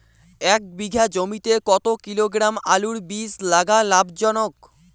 এক বিঘা জমিতে কতো কিলোগ্রাম আলুর বীজ লাগা লাভজনক?